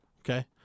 Okay